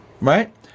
Right